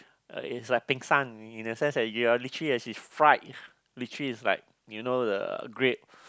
uh it's like pingsan in the sense that you are literally as it fried literally it's like you know the great